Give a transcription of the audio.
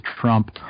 Trump